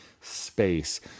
space